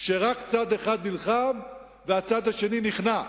שבה רק צד אחד נלחם והצד השני נכנע.